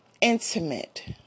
intimate